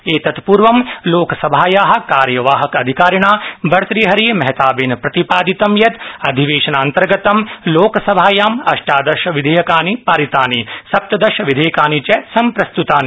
एतत्पूर्व लोकसभाया कार्यवाहकाधिकारिणा भर्तृहरि महताबेन प्रतिपादितं यत् अधिवेशनान्तर्गतं लोकसभायां अष्टादश विधेयकानि पारितानि सप्तदश विधेयकानि च संप्रस्तुतानि